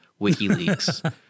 WikiLeaks